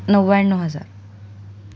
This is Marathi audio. नव्याण्णव हजार